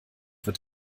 wird